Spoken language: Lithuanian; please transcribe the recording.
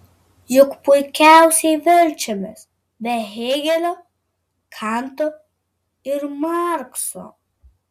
juk puikiausiai verčiamės be hėgelio kanto ir markso